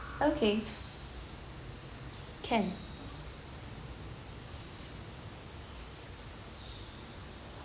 okay can